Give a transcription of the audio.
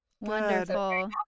Wonderful